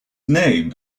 name